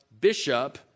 bishop